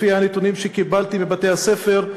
לפי הנתונים שקיבלתי בבתי-הספר,